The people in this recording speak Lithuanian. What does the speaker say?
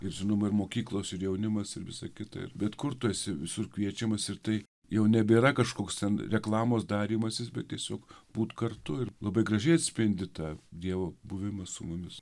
žinoma ir mokyklos ir jaunimas ir visa kita bet kurtųsi visur kviečiamas ir tai jau nebėra kažkoks ten reklamos darymasis bet tiesiog būti kartu ir labai gražiai atspindi tą dievo buvimas su mumis